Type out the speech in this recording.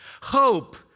Hope